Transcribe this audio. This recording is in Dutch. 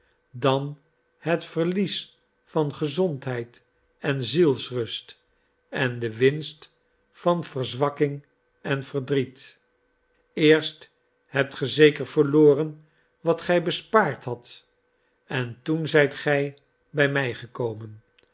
dan het verlies van gezondheid en zielsrust en de winst van verzwakking en verdriet eerst hebt gij zeker verloren wat gij bespaard hadt en toen zijt gij bij mij gekomen